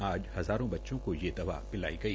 आज हजारों बच्चो को यह दवा पिलाई गई